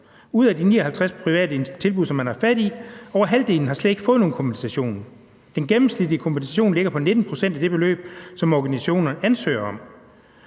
ud af de 59 private tilbud, som man har haft fat i, har over halvdelen slet ikke fået nogen kompensation. Den gennemsnitlige kompensation ligger på 19 pct. af det beløb, som organisationerne ansøger om.